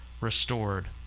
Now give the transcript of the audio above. restored